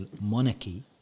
monarchy